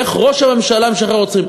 איך ראש הממשלה משחרר רוצחים?